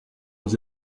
aux